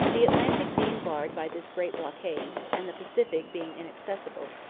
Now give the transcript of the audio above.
the atlantic being barred by this great blockade, and the pacific being inaccessible,